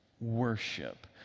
worship